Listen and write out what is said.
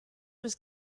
was